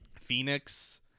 Phoenix